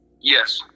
Yes